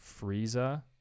Frieza